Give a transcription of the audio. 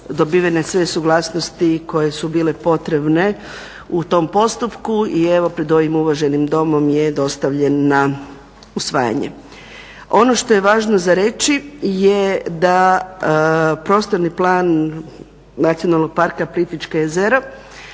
dobivene sve suglasnosti koje su bile potrebne u tom postupku i evo pred ovim uvaženim Domom je dostavljen na usvajanje. Ono što je važno za reći je da Prostorni plan Nacionalnog parka Plitvička jezera